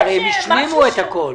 הרי השלימו את הכול.